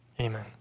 Amen